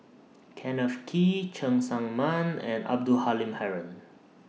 Kenneth Kee Cheng Tsang Man and Abdul Halim Haron